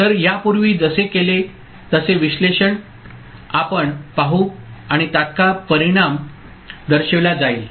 तर यापूर्वी जसे केले तसे विश्लेषण आपण पाहू आणि तत्काळ परिणाम दर्शविला जाईल